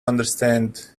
understand